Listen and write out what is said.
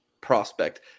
prospect